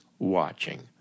Watching